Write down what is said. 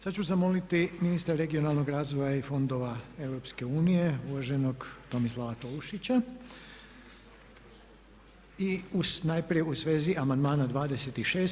Sad ću zamoliti ministra regionalnog razvoja i fondova EU uvaženog Tomislava Tolušića i najprije u svezi amandmana 26.